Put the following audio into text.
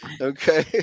Okay